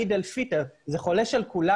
עיד אל-פיטר זה חולש על כולם,